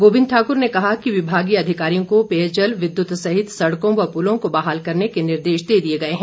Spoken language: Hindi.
गोविन्द ठाकुर ने कहा कि विभागीय अधिकारियों को पेयजल विद्युत सहित सड़कों व पुलों को बहाल करने के निर्देश दे दिए गए हैं